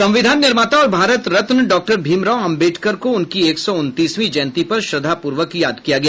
संविधान निर्माता और भारत रत्न डॉक्टर भीमराव आम्बेडकर को उनकी एक सौ उनतीसवीं जयंती पर श्रद्धापूर्वक याद किया गया